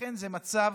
זה מצב